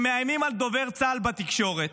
שמאיימים על דובר צה"ל בתקשורת?